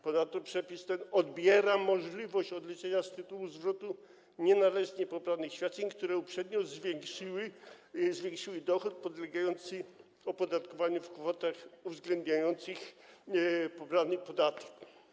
Ponadto przepis ten odbiera możliwość odliczenia z tytułu zwrotu nienależnie pobranych świadczeń, które uprzednio zwiększyły dochód podlegający opodatkowaniu, w kwotach uwzględniających pobrany podatek.